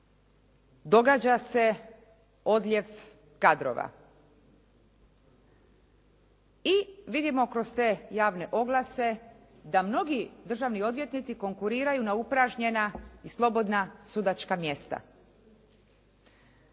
događa se odljev kadrova i vidimo kroz te javne oglase da mnogi državni odvjetnici konkuriraju na upražnjena slobodna sudačka mjesta.